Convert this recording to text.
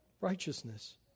righteousness